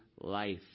life